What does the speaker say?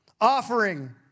offering